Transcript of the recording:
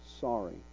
sorry